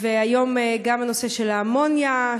והיום גם הנושא של האמוניה,